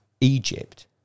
Egypt